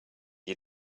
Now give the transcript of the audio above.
you